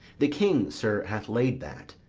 the king, sir, hath laid that,